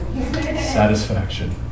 satisfaction